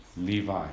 Levi